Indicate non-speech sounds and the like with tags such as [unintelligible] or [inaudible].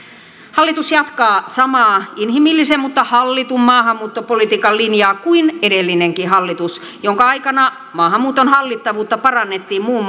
hallitus jatkaa samaa inhimillisen mutta hallitun maahanmuuttopolitiikan linjaa kuin edellinenkin hallitus jonka aikana maahanmuuton hallittavuutta parannettiin muun [unintelligible]